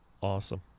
Awesome